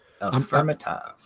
affirmative